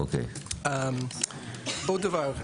ועוד דבר.